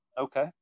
Okay